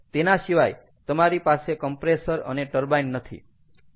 તેના સિવાય તમારી પાસે કમ્પ્રેસર અને ટર્બાઈન નથી